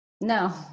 No